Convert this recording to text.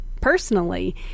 personally